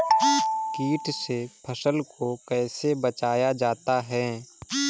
कीट से फसल को कैसे बचाया जाता हैं?